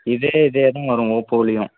இதே இதுதான் வரும் ஓப்போலேயும்